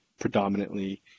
predominantly